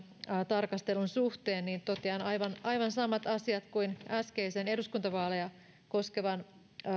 tarkastelun suhteen niin totean aivan aivan samat asiat kuin äskeisen eduskuntavaaleja koskevan